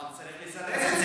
אבל צריך לזרז את זה.